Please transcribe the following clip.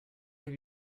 have